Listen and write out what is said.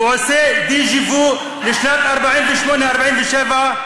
ועושה דז'ה-וו לשנת 1948-1947,